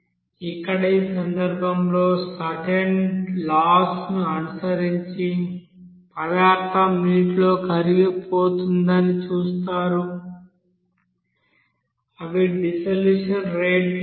ఇక్కడ ఈ సందర్భంలో సర్టెన్ లాస్ ను అనుసరించి పదార్థం నీటిలో కరిగిపోతుందని చూస్తారు అవి డిసోలుషన్ రేటు లాస్